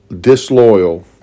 disloyal